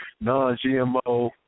non-GMO